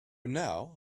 now